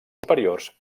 superiors